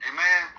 Amen